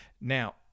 Now